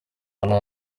ahantu